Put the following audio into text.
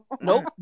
Nope